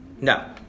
No